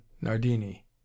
Nardini